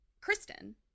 Kristen